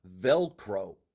Velcro